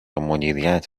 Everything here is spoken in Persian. مدیریت